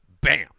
bam